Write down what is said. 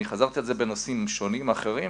חזרתי על זה בנושאים שונים ואחרים,